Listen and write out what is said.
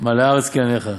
מלאה הארץ קנינך'.